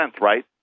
right